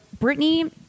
britney